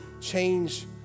change